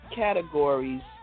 categories